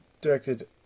directed